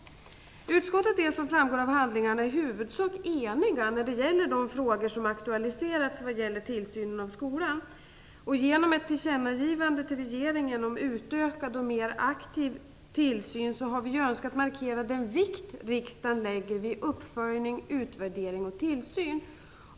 Utskottet är, som framgår av handlingarna, i huvudsak enigt när det gäller de frågor som har aktualiserats vad gäller tillsynen av skolan. Genom ett tillkännagivande till regeringen om en utökad och mer aktiv tillsyn har vi önskat markera den vikt som riksdagen lägger vid uppföljning, utvärdering och tillsyn.